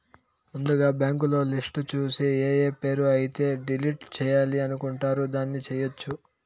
ముందుగా బ్యాంకులో లిస్టు చూసి ఏఏ పేరు అయితే డిలీట్ చేయాలి అనుకుంటారు దాన్ని చేయొచ్చు